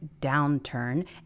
downturn